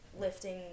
lifting